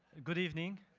good evening.